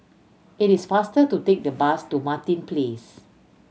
it is faster to take the bus to Martin Place